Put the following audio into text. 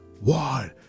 One